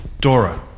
Dora